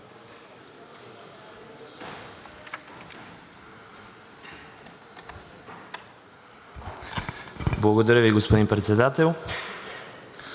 Благодаря, господин Председател.